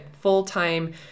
full-time